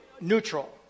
neutral